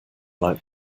like